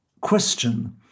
question